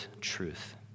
truth